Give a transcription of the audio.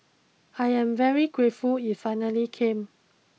I am very grateful it finally came